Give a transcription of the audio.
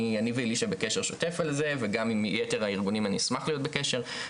אני ואלישע בקשר שוטף על זה וגם עם יתר הארגונים אני אשמח להיות בקשר.